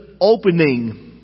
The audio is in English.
opening